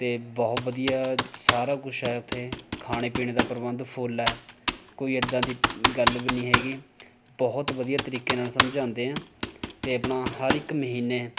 ਅਤੇ ਬਹੁਤ ਵਧੀਆ ਸਾਰਾ ਕੁਛ ਆ ਇੱਥੇ ਖਾਣ ਪੀਣ ਦਾ ਪ੍ਰਬੰਧ ਫੁੱਲ ਹੈ ਕੋਈ ਇੱਦਾਂ ਦੀ ਗੱਲ ਵੀ ਨਹੀਂ ਹੈਗੀ ਬਹੁਤ ਵਧੀਆ ਤਰੀਕੇ ਨਾਲ ਸਮਝਾਉਂਦੇ ਆ ਅਤੇ ਆਪਣਾ ਹਰ ਇੱਕ ਮਹੀਨੇ